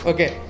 Okay